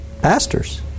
Pastors